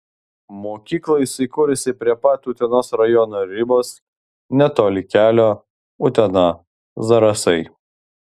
mokykla įsikūrusi prie pat utenos rajono ribos netoli kelio utena zarasai